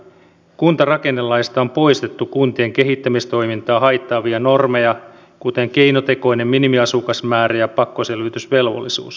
kuntarakennelaista on poistettu kuntien kehittämistoimintaa haittaavia normeja kuten keinotekoinen minimiasukasmäärä ja pakkoselvitysvelvollisuus